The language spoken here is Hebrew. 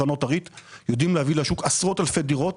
קרנות הריט יודעים להביא לשוק עשרות אלפי דירות